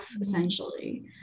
Essentially